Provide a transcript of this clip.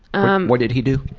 um what did he do?